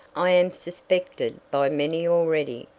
i am suspected by many already,